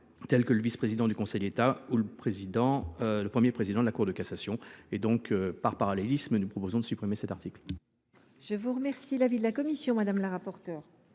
tels que le vice président du Conseil d’État ou le premier président de la Cour de cassation. Par parallélisme, nous proposons de supprimer l’article